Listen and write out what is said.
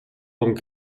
vom